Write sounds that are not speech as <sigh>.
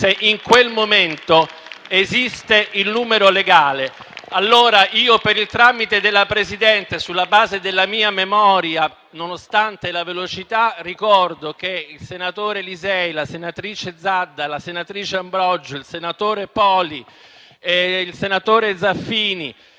se in quel momento esiste il numero legale. <applause> Per il tramite della Presidente, sulla base della mia memoria, nonostante la velocità, ricordo che il senatore Lisei, la senatrice Zedda, la senatrice Ambrogio, il senatore De Poli e il senatore Zaffini